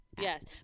Yes